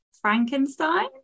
Frankenstein